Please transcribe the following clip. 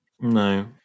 No